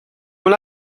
una